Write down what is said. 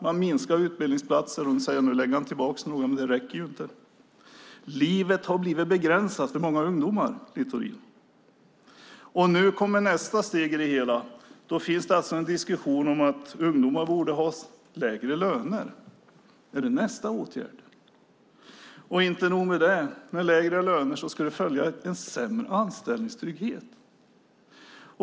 Man har minskat antalet utbildningsplatser. Nu säger ministern att han lägger tillbaka några, men det räcker ju inte. Livet har blivit begränsat för många ungdomar, Littorin. Och nu kommer nästa steg i det hela. Det finns alltså en diskussion om att ungdomar borde ha lägre löner. Är det nästa åtgärd? Inte nog med det. Med lägre löner skulle följa en sämre anställningstrygghet.